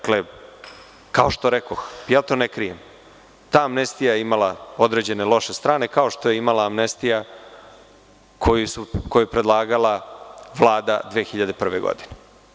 Kao što rekoh, to ne krijem, ta amnestija je imala određene loše strane, kao što je imala i amnestija koju je predlagala Vlada 2001. godine.